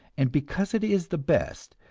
and because it is the best,